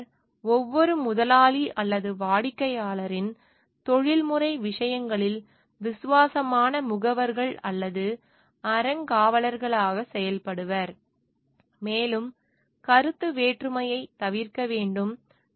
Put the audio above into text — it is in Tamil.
பொறியாளர் ஒவ்வொரு முதலாளி அல்லது வாடிக்கையாளரின் தொழில்முறை விஷயங்களில் விசுவாசமான முகவர்கள் அல்லது அறங்காவலர்களாக செயல்படுவார் மேலும் கருத்து வேற்றுமையை தவிர்க்க வேண்டும்